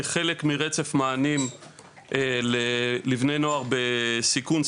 כחלק מרצף מענים לבני נוער בסיכון,